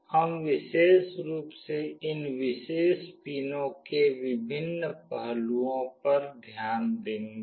हम विशेष रूप से इन विशेष पिनों के विभिन्न पहलुओं पर ध्यान देंगे